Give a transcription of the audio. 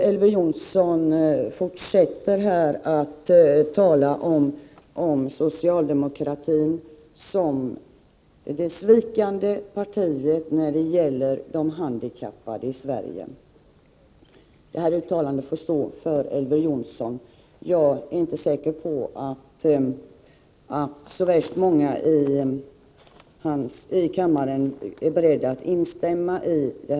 Elver Jonsson fortsätter att tala om socialdemokratin som det parti som sviker de handikappade. Det uttalandet får stå för Elver Jonsson. Jag är inte säker på att så särskilt många i kammaren är beredda att instämma i det.